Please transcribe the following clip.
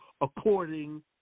according